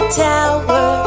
tower